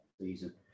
Season